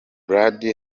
brady